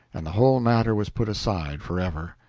and the whole matter was put aside forever.